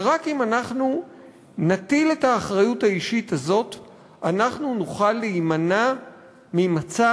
שרק אם אנחנו נטיל את האחריות האישית הזאת אנחנו נוכל להימנע ממצב